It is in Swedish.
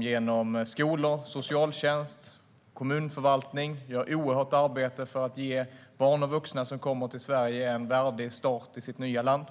genom skolor, socialtjänst och kommunförvaltning. Det görs ett oerhört stort arbete för att ge barn och vuxna som kommer till Sverige en värdig start i deras nya land.